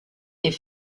est